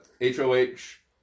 H-O-H